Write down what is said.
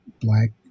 Black